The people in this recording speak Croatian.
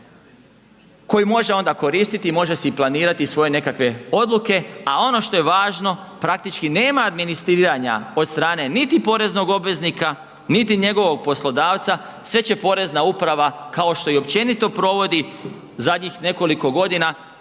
koji može onda koristiti i može si planirati svoje nekakve odluke a ono što je važno, praktički nema administriranja od strane niti poreznog obveznika, niti njegovog poslodavca, sve će porezna uprava kao što i općenito provodi zadnjih nekoliko godina,